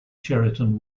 cheriton